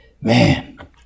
man